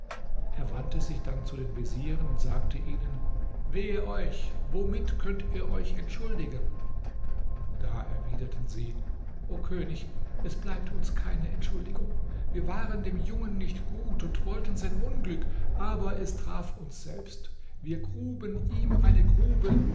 er wandte sich dann zu den vezieren und sagte ihnen wehe euch womit könnt ihr euch entschuldigen da erwiderten sie o könig es bleibt uns keine entschuldigung wir waren dem jungen nicht gut und wollten sein unglück aber es traf uns selbst wir gruben ihm eine grube